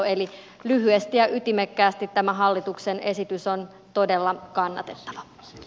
eli lyhyesti ja ytimekkäästi tämä hallituksen esitys on todella kannatettava